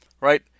right